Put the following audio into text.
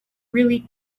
really